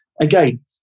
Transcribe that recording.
again